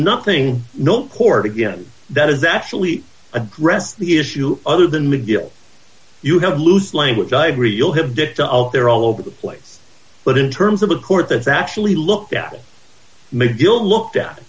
nothing no court again that is actually address the issue other than macgill you have loose language i agree you'll have dicta out there all over the place but in terms of a court that's actually looked at mcgill looked at